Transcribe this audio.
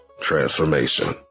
transformation